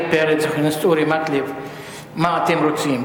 פרץ ואת חבר הכנסת אורי מקלב מה אתם רוצים,